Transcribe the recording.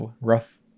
rough